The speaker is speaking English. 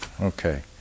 okay